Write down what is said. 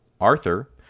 arthur